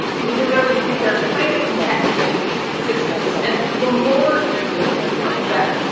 you need to remember that these are highly contextual systems and the more you can take into account, the better.